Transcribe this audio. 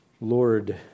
Lord